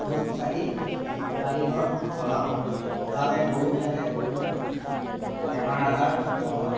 ধূপ চাকি গোহালিঘৰত জ্বলাওঁ যাতে গৰুবিলাকহেঁত কোনো বেমাৰ আজাৰ নহয়